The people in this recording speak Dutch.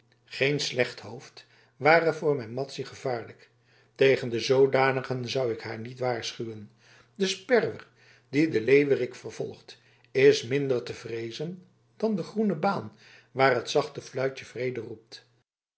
geen slechthoofd ware voor mijn madzy gevaarlijk tegen de zoodanigen zou ik haar niet waarschuwen de sperwer die den leeuwerik vervolgt is minder te vreezen dan de groene baan waar het zachte fluitje vrede roept